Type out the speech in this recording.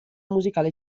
musicale